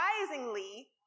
surprisingly